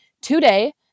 today